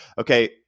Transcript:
Okay